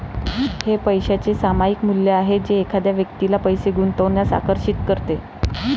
हे पैशाचे सामायिक मूल्य आहे जे एखाद्या व्यक्तीला पैसे गुंतवण्यास आकर्षित करते